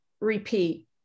Repeat